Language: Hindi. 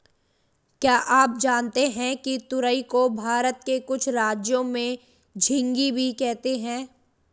क्या आप जानते है तुरई को भारत के कुछ राज्यों में झिंग्गी भी कहते है?